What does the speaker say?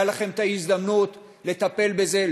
הייתה לכם הזדמנות לטפל בזה,